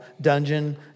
dungeon